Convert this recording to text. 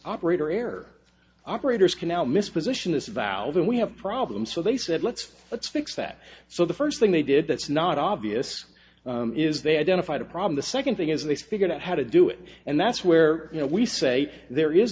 operator error operators can now mis position this valve and we have problems so they said let's let's fix that so the first thing they did that's not obvious is they identified a problem the second thing is they figured out how to do it and that's where you know we say there is